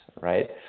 right